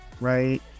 right